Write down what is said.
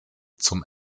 zum